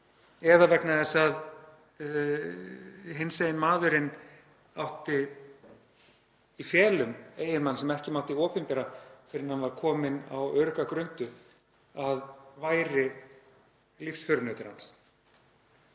eða vegna þess að hinsegin maðurinn átti í felum eiginmann sem ekki mátti opinbera fyrr en hann var kominn á örugga grundu að væri lífsförunautur hans